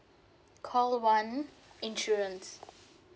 call one insurance